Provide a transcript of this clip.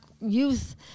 youth